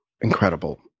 incredible